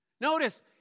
Notice